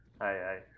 hi